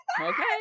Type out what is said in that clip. okay